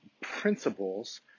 principles